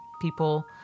people